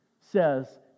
says